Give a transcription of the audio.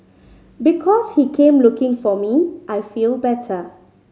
because he came looking for me I feel better